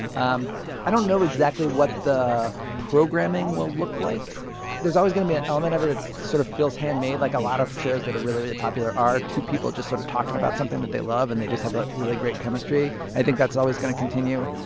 and um i don't know exactly what the programming will look like there's always going to be an element of it that sort of feels handmade. like, a lot of shows that are really, really popular are two people just sort of talking about something that they love, and they just have, like, really great chemistry. and i think that's always going to continue.